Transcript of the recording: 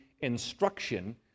instruction